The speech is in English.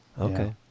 Okay